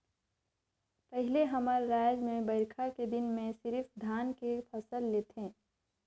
पहिले हमर रायज में बईरखा के दिन में सिरिफ धान के फसल लेथे